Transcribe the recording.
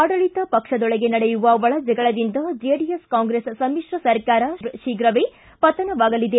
ಆಡಳಿತ ಪಕ್ಷದೊಳಗೆ ನಡೆಯುವ ಒಳ ಜಗಳದಿಂದ ಜೆಡಿಎಸ್ ಕಾಂಗ್ರೆಸ್ ಸಮಿಶ್ರ ಸರ್ಕಾರ ಶೀಘವೇ ಪತನವಾಗಲಿದೆ